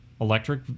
electric